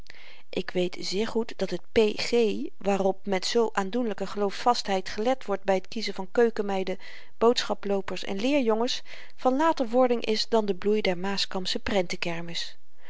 ik weet zeer goed dat het p g waarop met zoo aandoenlyke geloofsvastheid gelet wordt by t kiezen van keukenmeiden boodschaploopers en leerjongetjes van later wording is dan de bloei der maaskampsche prentenkermis